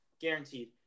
guaranteed